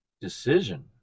decision